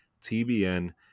TBN